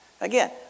Again